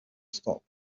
stop